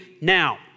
now